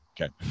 okay